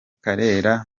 karera